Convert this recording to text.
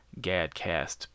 Gadcast